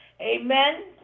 Amen